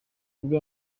bwe